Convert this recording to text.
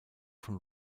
von